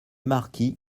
marquis